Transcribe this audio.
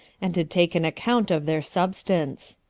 and to take an account of their substance.